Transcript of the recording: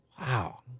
Wow